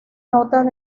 notas